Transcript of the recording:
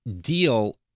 deal